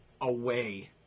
away